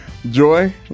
Joy